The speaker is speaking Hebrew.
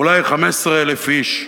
אולי 15,000 איש,